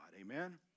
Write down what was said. Amen